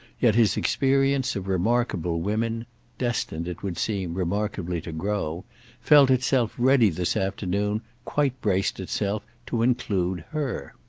yet his experience of remarkable women destined, it would seem, remarkably to grow felt itself ready this afternoon, quite braced itself, to include her.